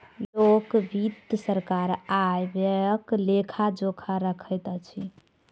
लोक वित्त सरकारक आय व्ययक लेखा जोखा रखैत अछि